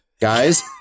guys